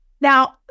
Now